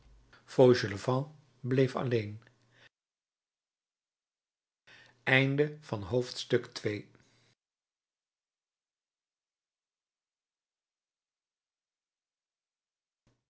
fauchelevent bleef alleen